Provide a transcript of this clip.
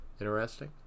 interesting